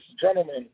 gentlemen